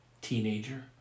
teenager